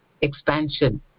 expansion